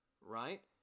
Right